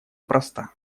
проста